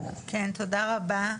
תודה רבה.